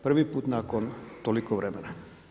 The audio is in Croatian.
Prvi put nakon toliko vremena.